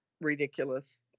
ridiculous